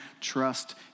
trust